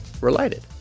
related